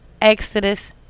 Exodus